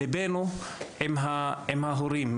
ליבנו עם ההורים.